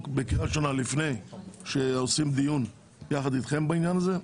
בקריאה ראשונה לפני שעושים דיון יחד איתכם בעניין הזה.